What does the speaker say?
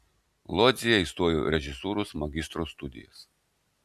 lodzėje įstojau į režisūros magistro studijas